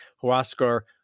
Huascar